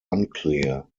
unclear